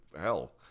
Hell